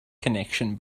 connection